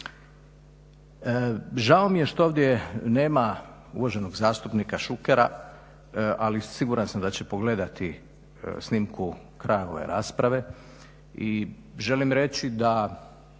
Žao mi je što ovdje nema uvaženog zastupnika Šukera, ali siguran sam da će pogledati snimku kraja ove rasprave